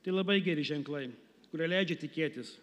tai labai geri ženklai kurie leidžia tikėtis